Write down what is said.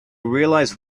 realize